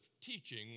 teaching